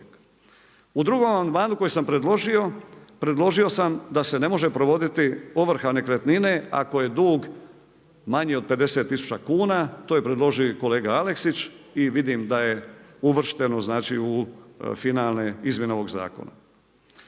U drugom amandmanu koji sam predložio, predložio sam da se ne može provoditi ovrha nekretnine ako je dug manji od 50 tisuća kuna, to je predložio i kolega Aleksić i vidim da je uvršteno znači u finalne, izmjene ovoga zakona.